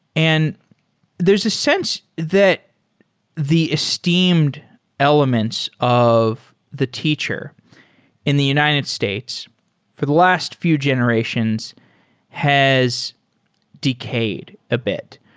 and there's a sense that the esteemed elements of the teacher in the united states for the last few generations has decayed a bit.